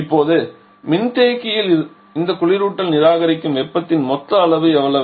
இப்போது மின்தேக்கியில் இந்த குளிரூட்டல் நிராகரிக்கும் வெப்பத்தின் மொத்த அளவு எவ்வளவு